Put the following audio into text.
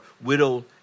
widowed